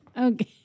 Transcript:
okay